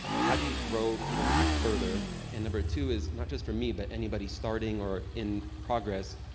how do you grow even further and number two is not just for me, but anybody's starting or in progress,